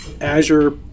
Azure